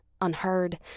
unheard